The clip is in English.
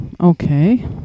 okay